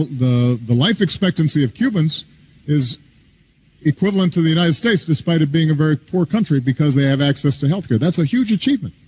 the the life expectancy of cubans is equivalent to the united states despite it being a very poor country, because they have access to health care. that's a huge achievement.